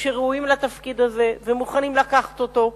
שראויים לתפקיד הזה ומוכנים לקחת אותו.